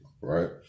Right